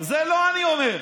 זה לא אני אומר,